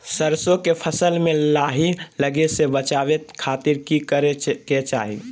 सरसों के फसल में लाही लगे से बचावे खातिर की करे के चाही?